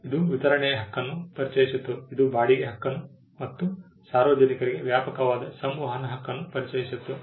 ಇದು ವಿತರಣೆಯ ಹಕ್ಕನ್ನು ಪರಿಚಯಿಸಿತು ಇದು ಬಾಡಿಗೆ ಹಕ್ಕನ್ನು ಮತ್ತು ಸಾರ್ವಜನಿಕರಿಗೆ ವ್ಯಾಪಕವಾದ ಸಂವಹನ ಹಕ್ಕನ್ನು ಪರಿಚಯಿಸಿತು